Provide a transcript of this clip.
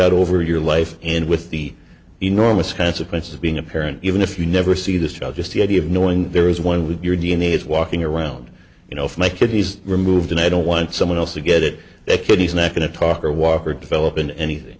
out over your life and with the enormous consequences of being a parent even if you never see this child just the idea of knowing there is one with your d n a is walking around you know if my kidneys removed and i don't want someone else to get it that could he's not going to talk or walk or develop in anything